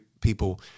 people